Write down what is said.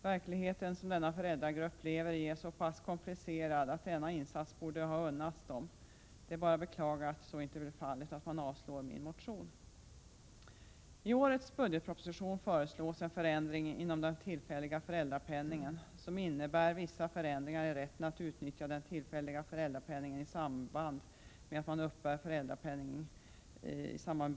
Verkligheten som denna föräldragrupp lever i är så pass komplicerad att denna insats borde ha unnats den. Det är bara att beklaga att så inte blir fallet och att man avstyrker min motion.